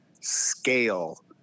scale